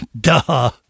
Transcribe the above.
Duh